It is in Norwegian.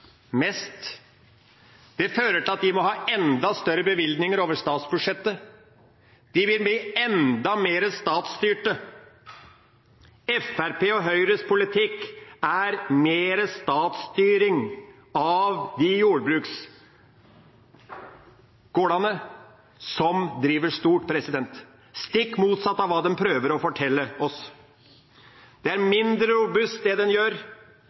mest. Det fører til at de må ha enda større bevilgninger over statsbudsjettet. De vil bli enda mer statsstyrte. Fremskrittspartiet og Høyres politikk er mer statsstyring av de jordbruksgårdene som driver stort – stikk motsatt av hva de prøver å fortelle oss. Det er mindre robust det de gjør.